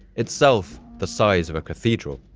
itself the size of a cathedral.